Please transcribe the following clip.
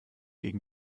gegen